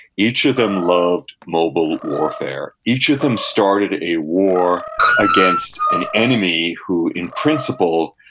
each of them loved mobile warfare. each of them started a war against an enemy who, in principle,